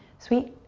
sweet,